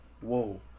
whoa